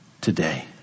today